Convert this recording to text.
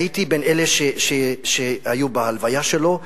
והייתי בין אלה שהיו בהלוויה שלו,